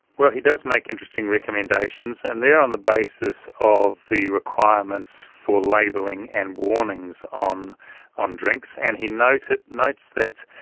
he does make interesting recommendations and they are on the basis of the requirements for labelling and warnings on on drinks, and he notes notes that